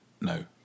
No